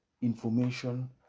information